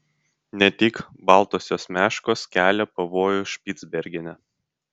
ne tik baltosios meškos kelia pavojų špicbergene